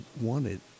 wanted